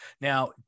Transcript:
Now